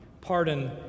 Pardon